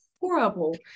horrible